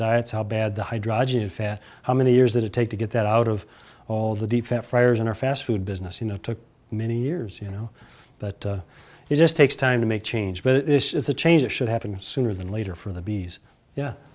diets how bad the hydrogenated fat how many years that it take to get that out of all the deep fat fryer in our fast food business you know it took many years you know but it just takes time to make change but this is a change that should happen sooner than later for the bees yeah